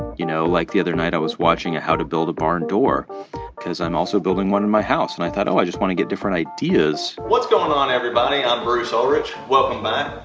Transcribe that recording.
you know, like, the other night, i was watching how to build a barn door because i'm also building one in my house. and i thought, oh, i just want to get different ideas what's going on, everybody? i'm bruce ulrich. welcome back.